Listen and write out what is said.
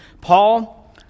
Paul